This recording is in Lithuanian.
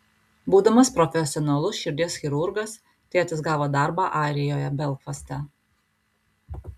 būdamas profesionalus širdies chirurgas tėtis gavo darbą airijoje belfaste